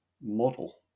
model